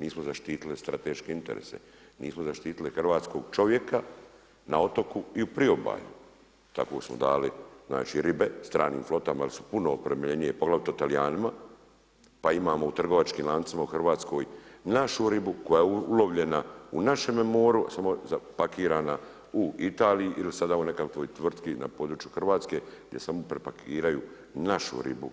Nismo zaštitili strateške interese, nismo zaštitili hrvatskog čovjeka na otoku i u priobalju, tako smo dali ribe stranim flotama jel su puno opremljenije poglavito Talijanima, pa imamo u trgovačkim lancima u Hrvatskoj našu ribu koja je ulovljena u našemu moru samo zapakirana u Italiji ili sada u nekakvoj tvrtki na području Hrvatske gdje samo prepakiraju našu ribu,